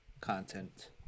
content